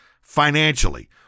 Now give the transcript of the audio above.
financially